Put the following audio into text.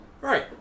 Right